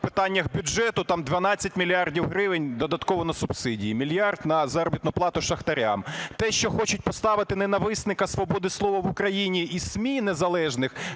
питаннях бюджету, там 12 мільярдів гривень додатково на субсидії і 1 мільярд на заробітну плату шахтарям. Те, що хочуть поставити ненависника свободи слова в Україні і ЗМІ незалежних